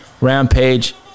rampage